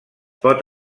pot